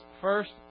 First